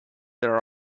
there